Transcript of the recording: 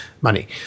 money